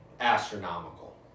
astronomical